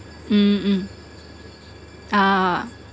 mm mm ah